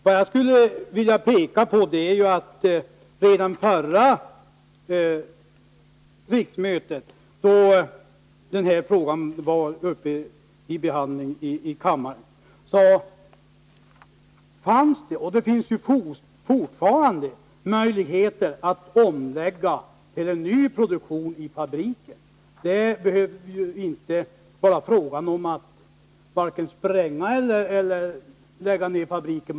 Vad jag skulle vilja peka på är att redan vid förra riksmötet, då den här frågan var uppe till behandling i kammaren, fanns det — och det finns fortfarande — möjligheter att lägga om till nyproduktion vid fabriken. Det behöver inte vara fråga om att vare sig spränga eller lägga ned fabriken.